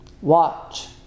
watch